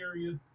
areas